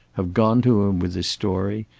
have gone to him with his story,